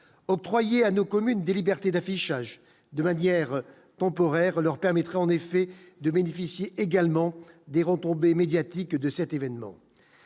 octroyée à nos communes, des libertés d'affichage de manière temporaire leur permettra en effet de bénéficier également des retombées médiatiques de cet événement